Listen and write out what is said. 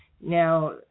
Now